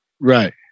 Right